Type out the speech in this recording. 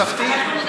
התוספתי.